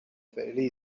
فعلی